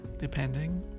Depending